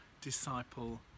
disciple